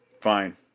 Fine